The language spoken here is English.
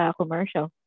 commercial